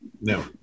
No